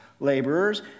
Laborers